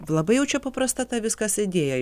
labai jau čia paprasta ta viskas idėja